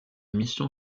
mission